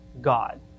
God